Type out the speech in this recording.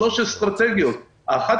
שלוש אסטרטגיות: האחת,